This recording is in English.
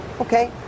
Okay